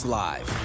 live